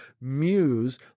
muse